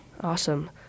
Awesome